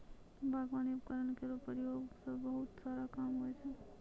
बागबानी उपकरण केरो प्रयोग सें बहुत सारा काम होय छै